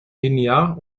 linear